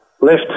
left